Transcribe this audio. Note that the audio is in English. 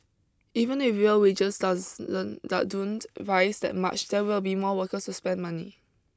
even if real wages doesn't don't rise that much there will be more workers to spend money